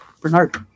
Bernard